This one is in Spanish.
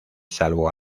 salvo